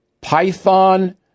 python